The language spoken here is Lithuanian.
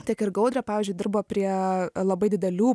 tiek ir gaudrė pavyzdžiui dirbo prie labai didelių